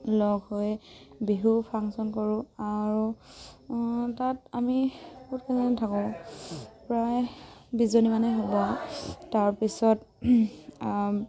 লগ হৈ বিহু ফাংচন কৰোঁ আৰু তাত আমি বহুত কেইজনী থাকোঁ প্ৰায় বিছজনী মানেই হ'ব তাৰপিছত